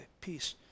peace